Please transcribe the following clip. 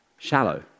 shallow